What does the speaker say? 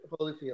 Holyfield